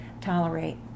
tolerate